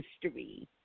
history